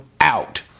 out